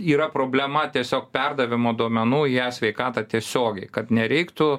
yra problema tiesiog perdavimo duomenų į e sveikatą tiesiogiai kad nereiktų